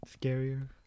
scarier